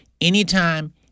anytime